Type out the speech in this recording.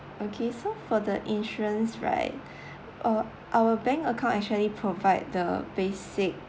okay so for the insurance right uh our bank account actually provide the basic